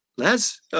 Les